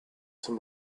some